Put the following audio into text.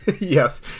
Yes